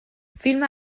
filma